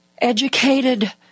educated